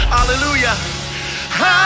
Hallelujah